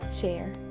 share